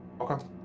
Okay